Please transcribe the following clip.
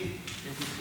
אז את אותו